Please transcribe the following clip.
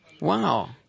Wow